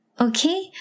Okay